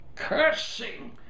cursing